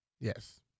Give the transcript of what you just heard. Yes